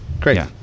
Great